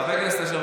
חבר הכנסת אשר,